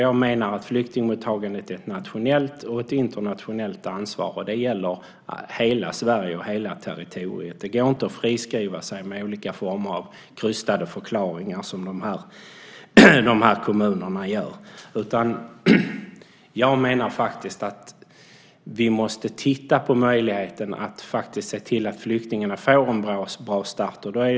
Jag menar att flyktingmottagandet är ett nationellt och ett internationellt ansvar. Det gäller hela Sverige - hela territoriet. Det går inte att friskriva sig med olika former av krystade förklaringar, som dessa kommuner gör. Jag menar att vi måste titta på möjligheten att se till att flyktingarna får en bra start.